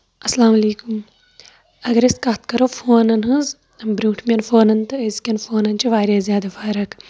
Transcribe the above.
اَسلام علیکُم اَگر أسۍ کَتھ کرو فونن ہنٛز برونٹھمٮ۪ن فونن تہٕ أزکین فونن چھِ واریاہ زیادٕ فرق